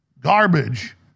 garbage